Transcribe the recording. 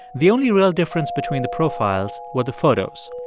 the only real difference between the profiles were the photos.